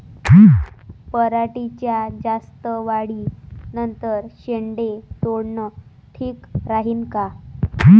पराटीच्या जास्त वाढी नंतर शेंडे तोडनं ठीक राहीन का?